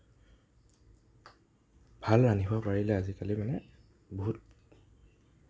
ভাল ৰান্ধিব পাৰিলে আজিকালি মানে বহুত